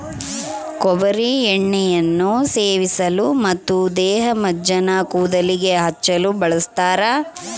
ಕೊಬ್ಬರಿ ಎಣ್ಣೆಯನ್ನು ಸೇವಿಸಲು ಮತ್ತು ದೇಹಮಜ್ಜನ ಕೂದಲಿಗೆ ಹಚ್ಚಲು ಬಳಸ್ತಾರ